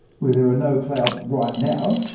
where there are no clouds right now,